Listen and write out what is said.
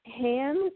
hands